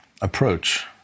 approach